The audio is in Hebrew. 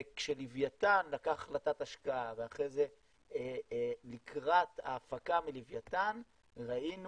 וכשלווייתן לקח החלטת השקעה ואחרי זה לקראת ההפקה מלווייתן ראינו